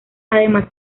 además